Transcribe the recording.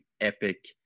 epic